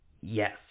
Yes